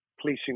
Policing